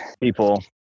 people